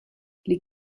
les